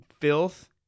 filth